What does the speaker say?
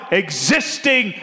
existing